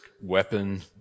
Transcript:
weapon